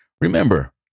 Remember